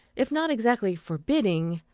if not exactly forbidding,